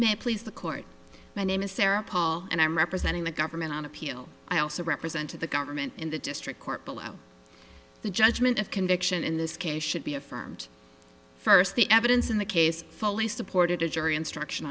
may please the court my name is sarah paul and i'm representing the government on appeal i also represent the government in the district court below the judgment of conviction in this case should be affirmed first the evidence in the case fully supported a jury instruction